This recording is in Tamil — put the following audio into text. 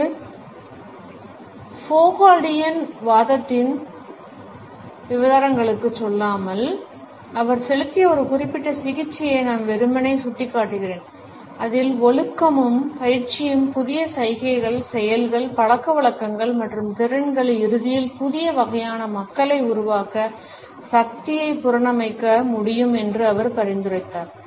ஒரு ஃபோ கால்டியன் வாதத்தின் விவரங்களுக்குச் செல்லாமல் அவர் செலுத்திய ஒரு குறிப்பிட்ட சிகிச்சையை நான் வெறுமனே சுட்டிக்காட்டுவேன் அதில் ஒழுக்கமும் பயிற்சியும் புதிய சைகைகள் செயல்கள் பழக்கவழக்கங்கள் மற்றும் திறன்கள் இறுதியில் புதிய வகையான மக்களை உருவாக்க சக்தியை புனரமைக்க முடியும் என்று அவர் பரிந்துரைத்தார்